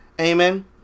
amen